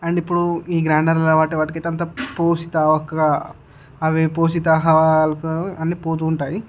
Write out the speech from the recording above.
and ఇప్పుడు ఈ grinder వాటి వాటికి అయితే పోషితవక అవే పోషిత ఆహార అన్నీ పోతుంటాయి